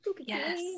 Yes